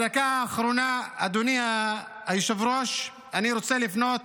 בדקה האחרונה, אדוני היושב-ראש, אני רוצה לפנות